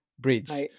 breeds